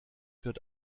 wird